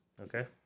Okay